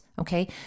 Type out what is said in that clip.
Okay